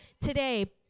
today